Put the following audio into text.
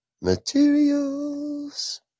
Materials